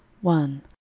one